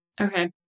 Okay